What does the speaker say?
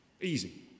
easy